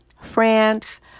France